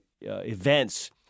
events